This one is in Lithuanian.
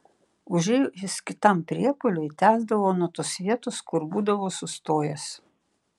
užėjus kitam priepuoliui tęsdavau nuo tos vietos kur būdavau sustojęs